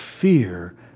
fear